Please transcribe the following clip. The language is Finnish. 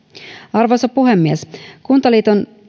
arvoisa puhemies kuntaliiton